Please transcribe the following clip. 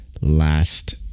last